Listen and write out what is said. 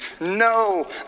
no